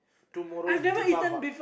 tomorrow is Deepava~